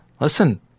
Listen